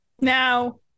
now